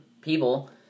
people